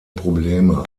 probleme